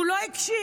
הוא לא הקשיב,